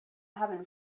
heaven